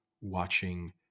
watching